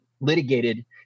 litigated